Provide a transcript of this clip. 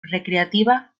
recreativa